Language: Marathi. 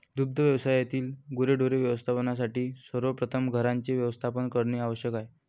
दुग्ध व्यवसायातील गुरेढोरे व्यवस्थापनासाठी सर्वप्रथम घरांचे व्यवस्थापन करणे आवश्यक आहे